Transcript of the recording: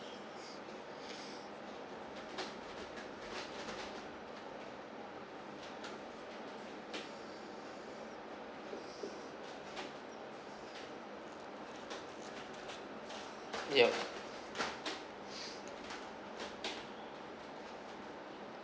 ya